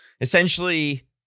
essentially